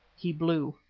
he blew.